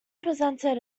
presented